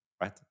right